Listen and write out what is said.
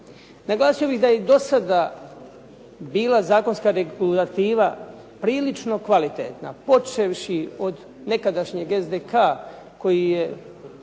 Naglasio bih da je do sada bila zakonska regulativa prilično kvalitetna, počevši od nekadašnjeg SDK koji je